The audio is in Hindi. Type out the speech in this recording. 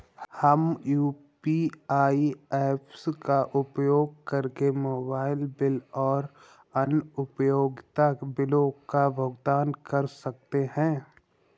हम यू.पी.आई ऐप्स का उपयोग करके मोबाइल बिल और अन्य उपयोगिता बिलों का भुगतान कर सकते हैं